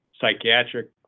Psychiatric